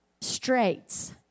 straits